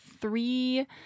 three